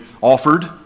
offered